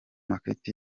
market